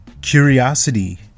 curiosity